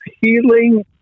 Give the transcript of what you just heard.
healing